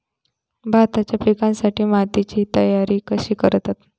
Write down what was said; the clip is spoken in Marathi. भाताच्या पिकासाठी मातीची तयारी कशी करतत?